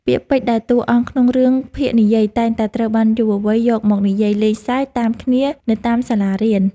ពាក្យពេចន៍ដែលតួអង្គក្នុងរឿងភាគនិយាយតែងតែត្រូវបានយុវវ័យយកមកនិយាយលេងសើចតាមគ្នានៅតាមសាលារៀន។